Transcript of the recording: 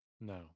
No